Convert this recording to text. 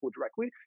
directly